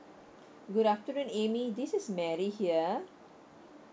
good afternoon amy this is mary here